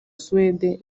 suède